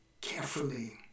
carefully